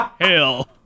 hell